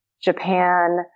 Japan